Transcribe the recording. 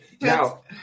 Now